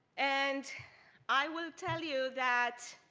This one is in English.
and i will tell you that